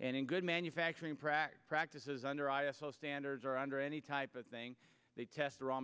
and in good manufacturing practices under i s o standards or under any type of thing they test